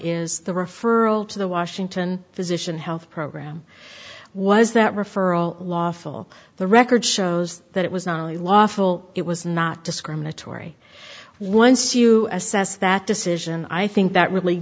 is the referral to the washington physician health program was that referral lawful the record shows that it was not only lawful it was not discriminatory once you assess that decision i think that really